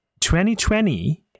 2020